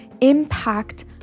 impact